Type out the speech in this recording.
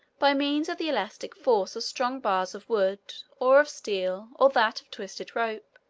by means of the elastic force of strong bars of wood, or of steel, or that of twisted ropes.